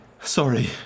Sorry